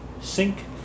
Sink